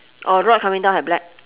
oh rock coming down have black